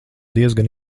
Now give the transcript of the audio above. diezgan